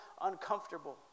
uncomfortable